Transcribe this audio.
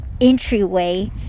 entryway